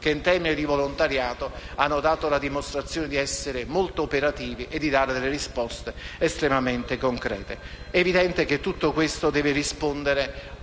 Grazie